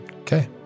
Okay